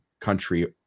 country